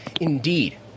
Indeed